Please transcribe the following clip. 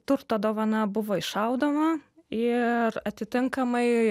turto dovana buvo įšaldoma ir atitinkamai